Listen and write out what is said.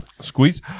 squeeze